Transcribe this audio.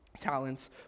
talents